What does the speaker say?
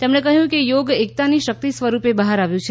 તેમણે કહ્યું કે યોગ એકતાની શક્તિ સ્વરૂપે બહાર આવ્યું છે